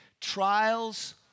Trials